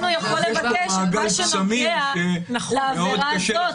הוא יכול לבקש את מה שנוגע לעבירה הזאת,